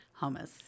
hummus